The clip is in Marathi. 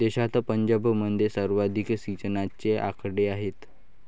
देशात पंजाबमध्ये सर्वाधिक सिंचनाचे आकडे आहेत